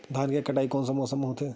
धान के कटाई कोन मौसम मा होथे?